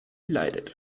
leidet